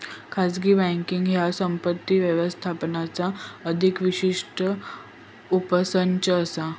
खाजगी बँकींग ह्या संपत्ती व्यवस्थापनाचा अधिक विशिष्ट उपसंच असा